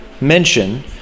mention